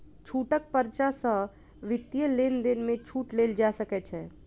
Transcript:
छूटक पर्चा सॅ वित्तीय लेन देन में छूट लेल जा सकै छै